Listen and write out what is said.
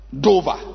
Dover